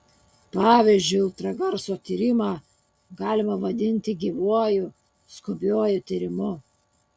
pavyzdžiui ultragarso tyrimą galima vadinti gyvuoju skubiuoju tyrimu